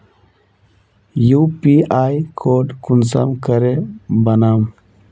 UPI code कुंसम करे बनाम?